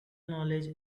knowledge